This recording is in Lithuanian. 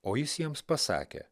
o jis jiems pasakė